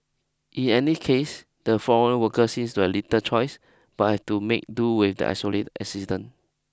in any case the foreign workers sees to have little choice but have to make do with the isolated existence